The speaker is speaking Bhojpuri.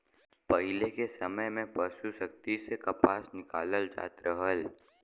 पहिले के समय में पसु शक्ति से कपास निकालल जात रहल